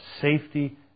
safety